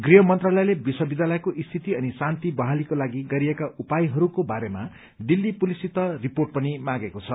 गृह मन्त्रालयले विश्वविद्यालयको स्थित अनि शान्ति बहालीको लागि गरिएका उपायहरूको बारेमा दिल्ली पुलिससित रिपोर्ट पनि मागेको छ